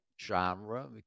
genre